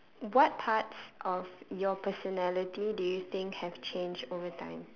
what parts of your personality do you think have changed over time